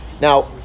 Now